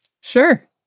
sure